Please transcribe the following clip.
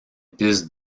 piste